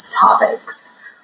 topics